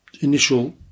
initial